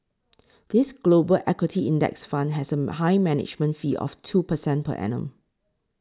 this Global equity index fund has a high management fee of two percent per annum